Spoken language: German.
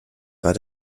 war